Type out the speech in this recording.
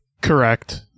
Correct